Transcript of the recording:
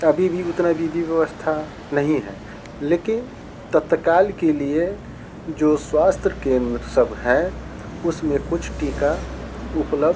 अभी भी उतना विधि व्यव्स्था नहीं है लेकिन तत्काल के लिए जो स्वास्थ्य केंद्र सब है उस में कुछ टीका उपलब्ध